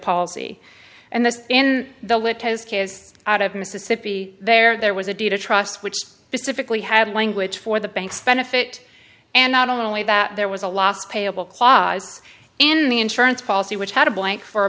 policy and this in the it has kids out of mississippi there there was a deed of trust which specifically had language for the banks benefit and not only that there was a las payable clause and the insurance policy which had a blank for a